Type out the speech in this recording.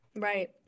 right